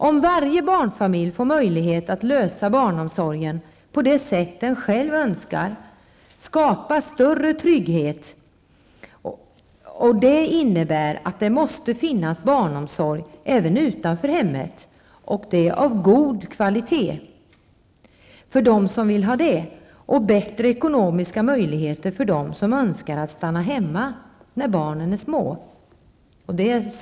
Om varje barnfamilj får möjlighet att lösa barnomsorgen på det sätt den själv önskar skapas större trygghet. Det innebär att det måste finnas barnomsorg utanför hemmet av god kvalitet för dem som vill ha det och bättre ekonomiska möjligheter för dem som så önskar att stanna hemma när barnen är små.''